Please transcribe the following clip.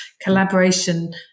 collaboration